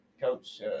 Coach